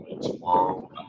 tomorrow